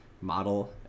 model